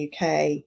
uk